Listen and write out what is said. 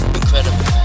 incredible